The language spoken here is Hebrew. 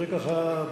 זה ככה,